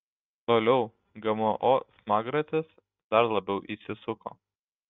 toliau gmo smagratis dar labiau įsisuko